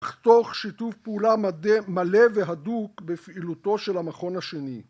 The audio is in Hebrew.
‫אך תוך שיתוף פעולה מלא והדוק ‫בפעילותו של המכון השני.